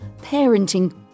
parenting